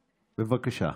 בבקשה.